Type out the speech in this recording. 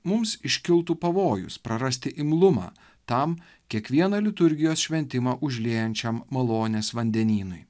mums iškiltų pavojus prarasti imlumą tam kiekvieną liturgijos šventimą užliejančiam malonės vandenynui